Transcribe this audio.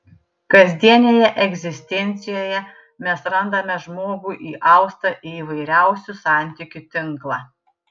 kasdienėje egzistencijoje mes randame žmogų įaustą į įvairiausių santykių tinklą